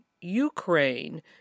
Ukraine